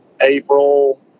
April